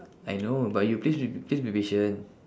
I know but you please be please be patient